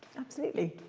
absolutely.